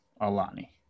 Alani